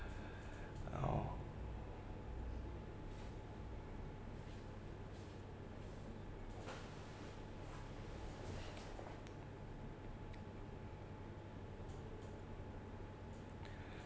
orh